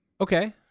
Okay